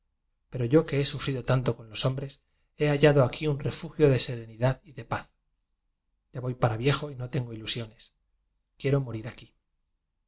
pero yo que he sufrido tanto con los hombres he hallado aquí un refugio de serenidad y de paz ya voy para viejo y no tengo ilusiones quiero morir aquí el